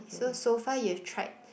so so far you have tried